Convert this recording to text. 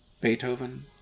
Beethoven